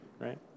right